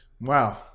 Wow